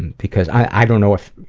and because, i don't know if,